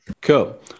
Cool